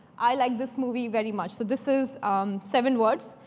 i like this movie very much. so this is um seven words,